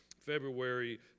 February